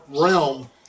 realm